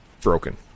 broken